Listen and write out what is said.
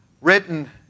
written